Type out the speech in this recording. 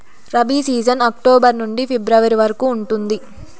rabi season October నుండి ఫిబ్రవరి వరకు ఉంటుంది